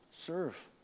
Serve